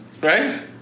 Right